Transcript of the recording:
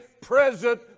present